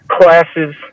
Classes